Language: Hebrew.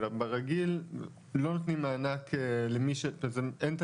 ברגיל לא נותנים מענק, כשאין את